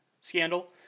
scandal